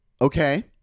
Okay